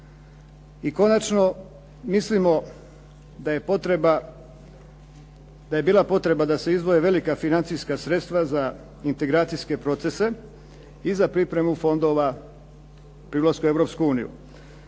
I konačno mislimo da je bila potreba da se izdvoje velika financijska sredstva za integracijske procese i za pripremu fondova pri ulasku u Europsku uniju.